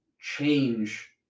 change